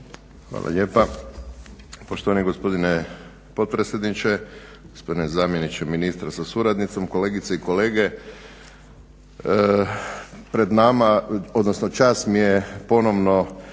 Hvala lijepa poštovani gospodine potpredsjedniče. Gospodine zamjeniče ministra sa suradnicom, kolegice i kolege. Čast mi je ponovno